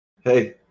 hey